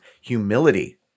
humility